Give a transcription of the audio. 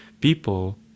people